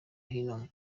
hino